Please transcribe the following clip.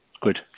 Good